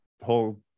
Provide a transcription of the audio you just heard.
whole